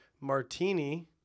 martini